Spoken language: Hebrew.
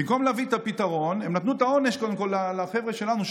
במקום להביא את הפתרון הם נתנו את העונש קודם כול לחבר'ה שלנו,